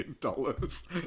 dollars